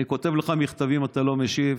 אני כותב לך מכתבים, אתה לא משיב.